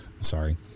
sorry